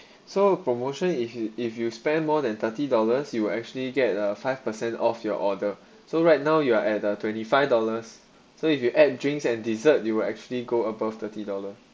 so promotion if you if you spend more than thirty dollars you will actually get a five per cent off your order so right now you are at uh twenty five dollars so if you add drinks and dessert you will actually go above thirty dollar